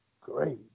Great